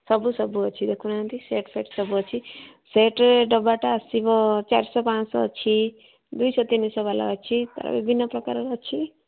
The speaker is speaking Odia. ସବୁ ସବୁ ଅଛି ଦେଖୁନାହାନ୍ତି ସେଟ୍ ଫେଟ୍ ସବୁ ଅଛି ସେଟ୍ରେ ଡବାଟା ଆସିବ ଚାରିଶହ ପାଞ୍ଚଶହ ଅଛି ଦୁଇଶହ ତିନିଶହବାଲା ଅଛି ତା'ର ବିଭିନ୍ନପ୍ରକାରର ଅଛି